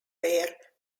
were